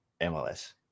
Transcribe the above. MLS